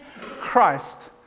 Christ